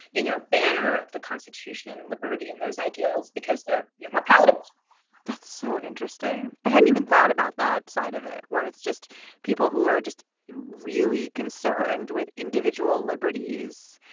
you know, banner of the constitution and liberty and those ideals because they're you know more palatable that's so interesting. i hadn't even thought about that side of it where it's just people who are just really concerned with individual liberties.